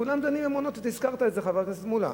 כולם דנים במעונות, הזכרת את זה, חבר הכנסת מולה,